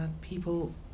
people